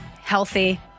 healthy